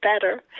better